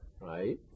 right